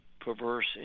perverse